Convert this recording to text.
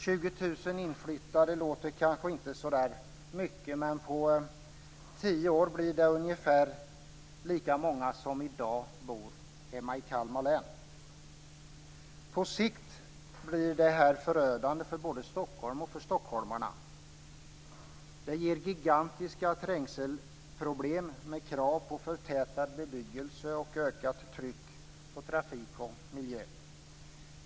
20 000 inflyttade låter kanske inte så mycket, men på 10 år blir det ungefär lika många som i dag bor hemma i På sikt blir detta förödande för både Stockholm och för stockholmarna. Det ger gigantiska trängselproblem med krav på förtätad bebyggelse och ökat tryck på trafik och miljö.